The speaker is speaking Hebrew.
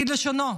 כלשונו,